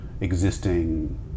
existing